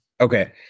Okay